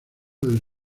del